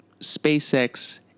SpaceX